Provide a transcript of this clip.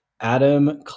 Adam